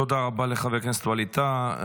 תודה רבה לחבר הכנסת ווליד טאהא.